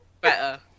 better